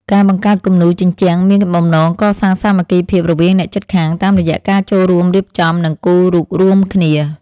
ការបង្កើតគំនូរជញ្ជាំងមានបំណងកសាងសាមគ្គីភាពរវាងអ្នកជិតខាង តាមរយៈការចូលរួមរៀបចំ និងគូររូបរួមគ្នា។